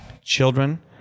children